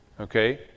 Okay